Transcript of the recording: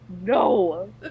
No